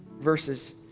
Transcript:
verses